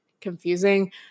confusing